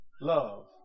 love